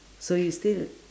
so you still